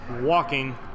walking